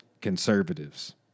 conservatives